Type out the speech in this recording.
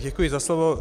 Děkuji za slovo.